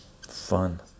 Fun